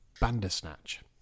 Bandersnatch